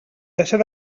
deixar